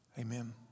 Amen